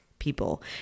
people